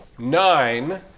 Nine